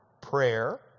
prayer